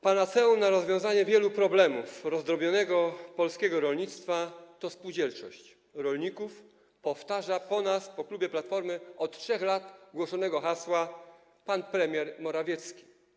Panaceum na rozwiązanie wielu problemów rozdrobnionego polskiego rolnictwa to spółdzielczość rolników - powtarza po nas, po klubie Platformy, od 3 lat głoszone hasło pan premier Morawiecki.